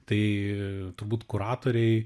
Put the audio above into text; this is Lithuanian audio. tai turbūt kuratoriai